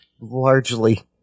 largely